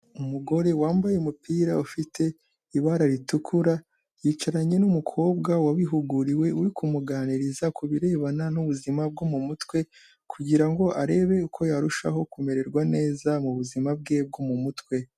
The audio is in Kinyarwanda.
Umugore wambaye umupira ufite ibara ritukura yicaranye n'umukobwa wabihuguriwe uri kumuganiriza ku birebana n'ubuzima bwo mu mutwe, kugira ngo arebe uko yarushaho kumererwa neza mu buzima bwe bwo mu mutwe.